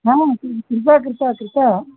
हा कृपा कृता कृता